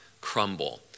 crumble